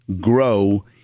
grow